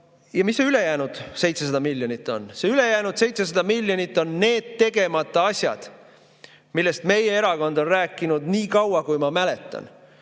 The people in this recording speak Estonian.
Ja mis see ülejäänud 700 miljonit on? See ülejäänud 700 miljonit on need tegemata asjad, millest meie erakond on rääkinud nii kaua, kui ma mäletan.